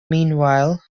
meanwhile